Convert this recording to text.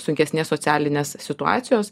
sunkesnės socialinės situacijos